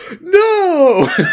no